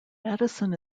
madison